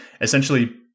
essentially